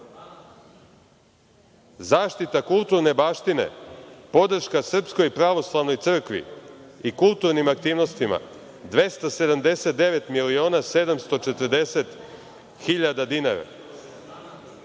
KiM.Zaštita kulturne baštine, podrška Srpskoj pravoslavnoj crkvi i kulturnim aktivnostima – 279.740.000,00 hiljada dinara.